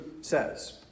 says